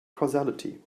causality